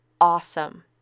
awesome